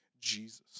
Jesus